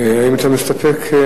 האם אתה מסתפק?